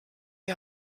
die